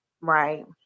Right